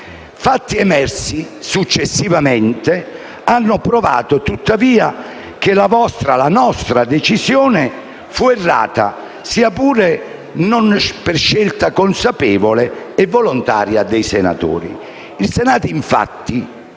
Fatti emersi successivamente hanno provato, tuttavia, che la nostra decisione fu errata, sia pure non per scelta consapevole e volontaria dei senatori.